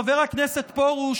חבר הכנסת פרוש,